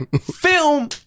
film